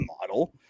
model